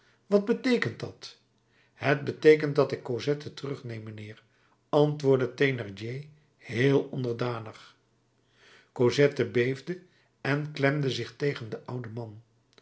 wat beteekent dat het beteekent dat ik cosette terugneem mijnheer antwoordde thénardier heel onderdanig cosette beefde en klemde zich tegen den ouden man